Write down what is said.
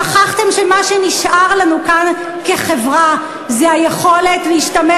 שכחתם שמה שנשאר לנו כאן כחברה זה היכולת להשתמש